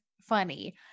funny